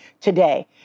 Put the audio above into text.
today